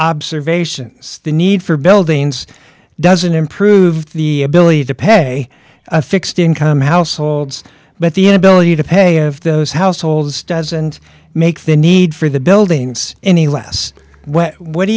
observations the need for buildings doesn't improve the ability to pay a fixed income households but the ability to pay of those households doesn't make the need for the buildings any less what do